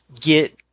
get